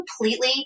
completely